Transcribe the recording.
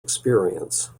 experience